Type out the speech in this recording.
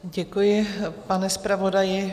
Děkuji, pane zpravodaji.